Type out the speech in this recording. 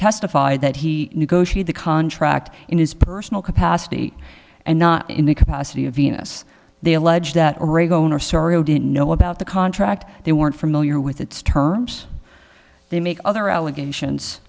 testified that he negotiate the contract in his personal capacity and not in the capacity of venus they allege that didn't know about the contract they weren't familiar with its terms they make other allegations